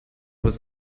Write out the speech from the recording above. was